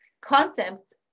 concepts